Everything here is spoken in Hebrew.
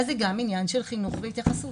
זה גם עניין של חינוך והתייחסות.